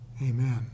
Amen